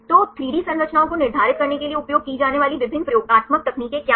तो 3 डी संरचनाओं को निर्धारित करने के लिए उपयोग की जाने वाली विभिन्न प्रयोगात्मक तकनीकें क्या हैं